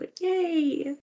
Yay